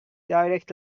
direct